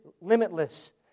limitless